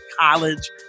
College